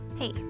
Hey